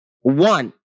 One